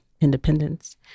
independence